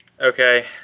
Okay